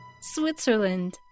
Switzerland